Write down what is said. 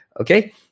Okay